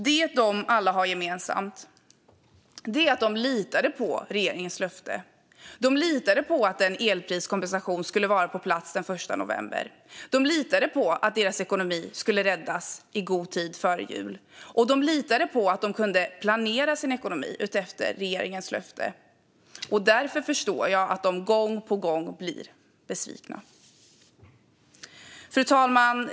Det de alla har gemensamt är att de litade på regeringens löfte. De litade på att en elpriskompensation skulle vara på plats den 1 november. De litade på att deras ekonomi skulle räddas i god tid före jul, och de litade på att de skulle kunna planera sin ekonomi utefter regeringens löfte. Därför förstår jag att de gång på gång blir besvikna. Fru talman!